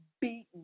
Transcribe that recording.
beaten